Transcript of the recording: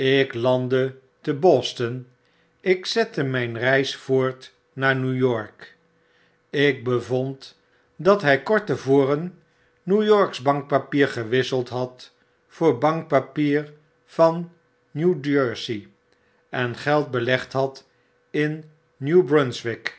te boston ik zette myn reis voort naar new york ik bevond dat hy kort te voren new yorksch bankpapier gewisseld had voor bankpapier van new jersey en geld belegd had in